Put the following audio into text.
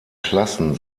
klassen